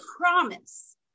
promise